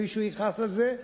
מישהו יכעס על זה,